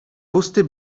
pusty